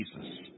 Jesus